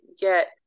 get